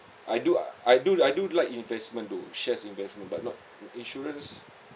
I do I do I do like investment though shares investment but not insurance